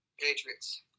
Patriots